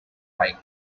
white